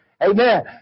Amen